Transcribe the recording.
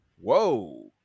whoa